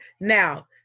Now